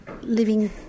living